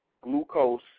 glucose